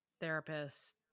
therapist